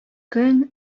көн